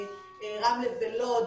רמלה ולוד,